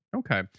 Okay